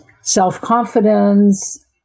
self-confidence